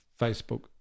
Facebook